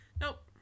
nope